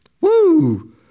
Woo